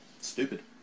Stupid